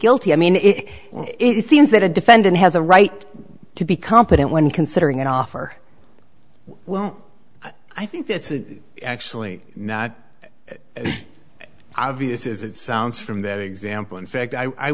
guilty i mean it it seems that a defendant has a right to be competent when considering an offer well i think that's actually not as obvious as it sounds from that example in fact i